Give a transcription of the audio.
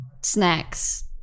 snacks